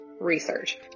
research